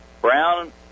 Brown